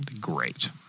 great